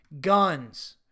Guns